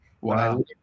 Wow